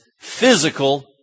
physical